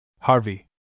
Harvey